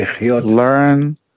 learn